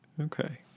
okay